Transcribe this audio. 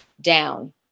down